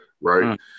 Right